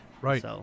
Right